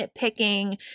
nitpicking